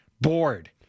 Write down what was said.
bored